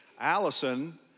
Allison